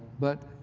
but,